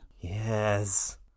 Yes